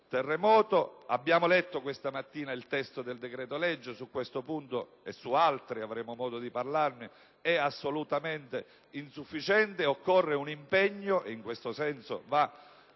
terremoto. Abbiamo letto questa mattina il testo del decreto legge sul terremoto: su questo punto e su altri - avremo modo di parlarne - è assolutamente insufficiente; occorre un impegno ‑ in questo senso va